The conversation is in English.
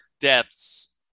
depths